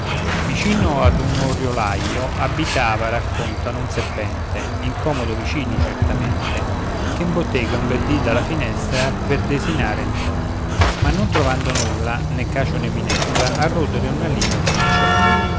vicino a un oriolaio abitava raccontano un serpente incomodo vicino certamente che in bottega un bel dì dalla finestra per desinare entrò ma non trovando nulla né cacio né minestra a rodere una lima cominciò